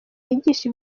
yigisha